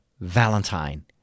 Valentine